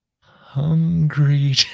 Hungry